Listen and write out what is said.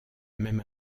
même